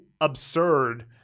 absurd